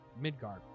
Midgard